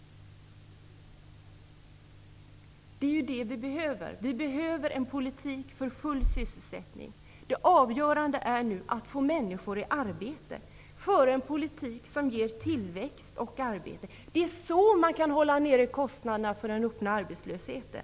Vi behöver en politik för full sysselsättning. Det avgörande är nu att få människor i arbete. Man måste föra en politik som ger tillväxt och arbete. Det är så man kan hålla nere kostnaderna för den öppna arbetslösheten.